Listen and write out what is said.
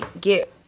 get